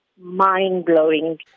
Mind-blowing